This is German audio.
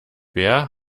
wer